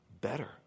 better